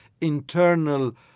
internal